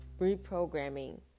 reprogramming